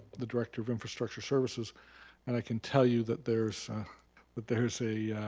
the director of infrastructure services and i can tell you that there's but there's a